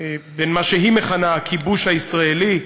בין מה שהיא מכנה "הכיבוש הישראלי"